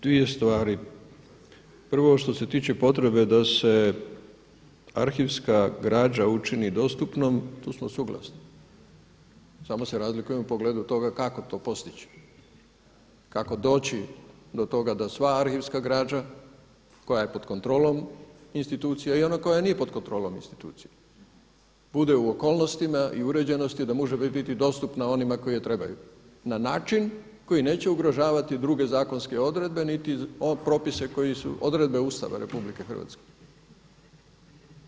Dvije stvari, prvo što se tiče potrebe da se arhivska građa učini dostupnom, tu smo suglasni, samo se razlikujemo u pogledu toga kako to postići, kako doći do toga da sva arhivska građa koja je pod kontrolom institucija i ona koja nije pod kontrolom institucija bude u okolnostima i uređenosti da bude dostupna onima koji je trebaju na način koji neće ugrožavati druge zakonske odredbe niti propise koji su, odredbe Ustava Republike Hrvatske.